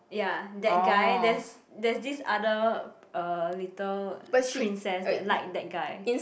ya that guy there's there's this other uh little princess that like that guy